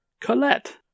Colette